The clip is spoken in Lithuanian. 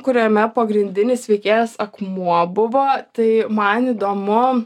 kuriame pagrindinis veikėjas akmuo buvo tai man įdomu